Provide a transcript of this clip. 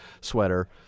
sweater